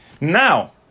Now